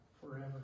forever